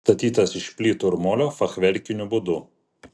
statytas iš plytų ir molio fachverkiniu būdu